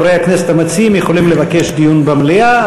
חברי הכנסת המציעים יכולים לבקש דיון במליאה,